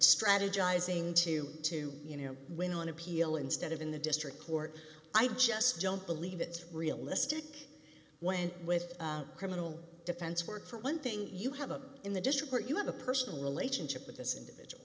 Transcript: strategizing to to you know win on appeal instead of in the district court i just don't believe it's realistic when with criminal defense work for one thing you have a in the district where you have a personal relationship with this individual